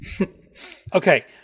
Okay